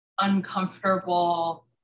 uncomfortable